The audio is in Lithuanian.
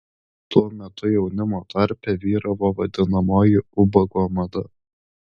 tuo metu jaunimo tarpe vyravo vadinamoji ubago mada